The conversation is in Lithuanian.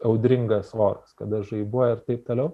audringas oras kada žaibuoja ir taip toliau